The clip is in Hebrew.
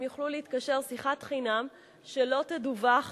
הם יוכלו להתקשר בשיחת חינם שלא תדווח